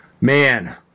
Man